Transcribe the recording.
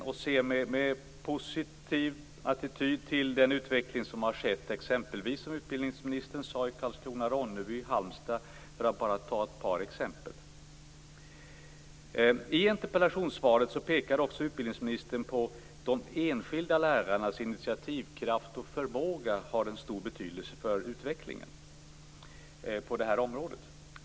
Vi ser med positiv attityd på den utveckling som har skett, som utbildningsministern sade, i Karlskrona/Ronneby och Halmstad, för att bara ta ett par exempel. I interpellationssvaret pekar också utbildningsministern på att de enskilda lärarnas initiativkraft och förmåga har en stor betydelse för utvecklingen på det här området.